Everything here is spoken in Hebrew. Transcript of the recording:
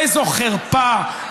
איזו חרפה,